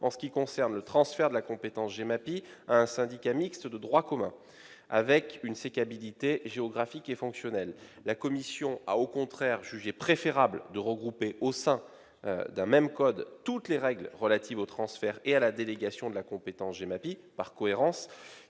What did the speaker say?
ce qui concerne le transfert de la compétence GEMAPI à un syndicat mixte de droit commun, avec une sécabilité géographique et fonctionnelle. Au contraire, et par cohérence, la commission a jugé préférable de regrouper au sein d'un même code toutes les règles relatives au transfert et à la délégation de la compétence GEMAPI, quel